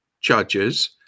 judges